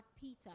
Peter